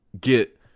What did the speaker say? get